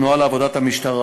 נוהל עבודת המשטרה,